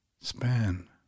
span